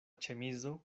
ĉemizo